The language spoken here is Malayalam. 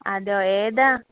അതോ ഏതാണ്